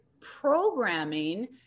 programming